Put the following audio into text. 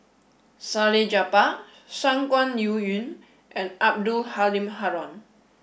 Salleh Japar Shangguan Liuyun and Abdul Halim Haron